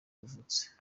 yavutse